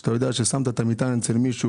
כשאתה יודע ששמת את המטען אצל מישהו